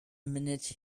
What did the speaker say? minute